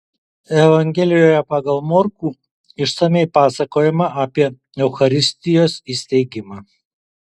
evangelijoje pagal morkų išsamiai pasakojama apie eucharistijos įsteigimą